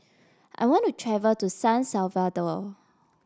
I want to travel to San Salvador